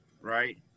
right